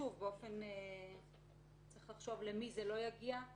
שוב, צריך לחשוב למי זה לא יגיע.